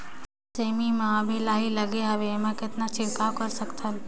सेमी म अभी लाही लगे हवे एमा कतना छिड़काव कर सकथन?